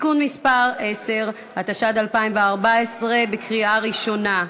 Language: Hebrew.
(תיקון מס' 10), התשע"ד 2014, בקריאה ראשונה.